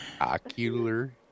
Ocular